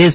S